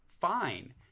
fine